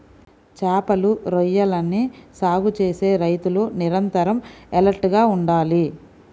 చేపలు, రొయ్యలని సాగు చేసే రైతులు నిరంతరం ఎలర్ట్ గా ఉండాలి